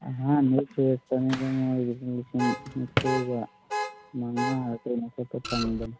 ꯑꯍꯥꯟꯕ ꯊꯤꯔꯛꯄꯅꯤꯗ ꯃꯣꯏꯒꯤꯁꯤ ꯂꯤꯁꯤꯡ ꯅꯤꯐꯨꯒ ꯃꯉꯥꯔꯥ ꯀꯩꯅꯣ ꯈꯛꯇ ꯐꯪꯕꯅꯤ